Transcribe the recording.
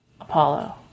Apollo